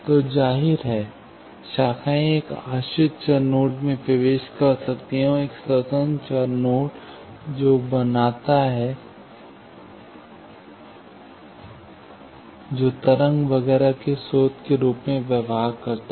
तो जाहिर है शाखाएं एक आश्रित चर नोड में प्रवेश कर सकती हैं और एक स्वतंत्र चर नोड जो बनाता है जो तरंग वगैरह के स्रोत के रूप में व्यवहार करता है